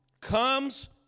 comes